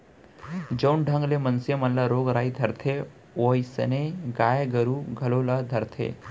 जउन ढंग ले मनसे मन ल रोग राई धरथे वोइसनहे गाय गरू घलौ ल धरथे